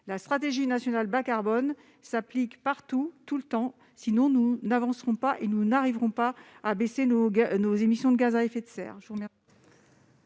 La stratégie nationale bas-carbone doit s'appliquer partout et tout le temps ; sinon, nous n'avancerons pas et nous ne parviendrons pas à baisser nos émissions de gaz à effet de serre.